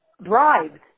bribed